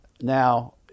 now